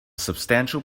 substantial